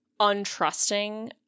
untrusting